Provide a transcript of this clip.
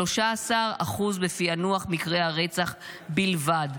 13% בפענוח מקרי רצח בלבד.